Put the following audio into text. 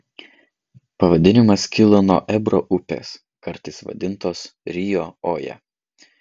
pavadinimas kilo nuo ebro upės kartais vadintos rio oja